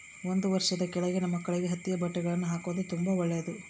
ಒಂದು ವರ್ಷದ ಕೆಳಗಿನ ಮಕ್ಕಳಿಗೆ ಹತ್ತಿಯ ಬಟ್ಟೆಗಳ್ನ ಹಾಕೊದು ತುಂಬಾ ಒಳ್ಳೆದು